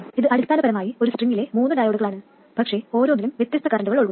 ഇത് അടിസ്ഥാനപരമായി ഒരു സ്ട്രിംഗിലെ മൂന്ന് ഡയോഡുകളാണ് പക്ഷേ ഓരോന്നിലും വ്യത്യസ്ത കറൻറുകൾ ഒഴുകുന്നു